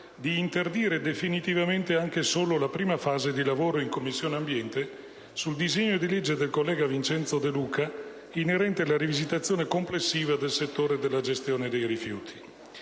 di interdire definitivamente anche solo la prima fase dei lavori in Commissione ambiente sul disegno di legge del collega Vincenzo De Luca inerente alla rivisitazione complessiva del settore della gestione dei rifiuti.